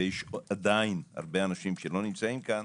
ויש עדיין הרבה אנשים שלא נמצאים פה.